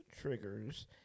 Triggers